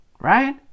right